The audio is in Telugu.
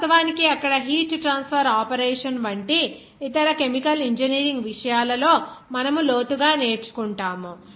వాస్తవానికి అక్కడ హీట్ ట్రాన్స్ఫర్ ఆపరేషన్ వంటి ఇతర కెమికల్ ఇంజనీరింగ్ విషయాలలో మనము లోతుగా నేర్చుకుంటాము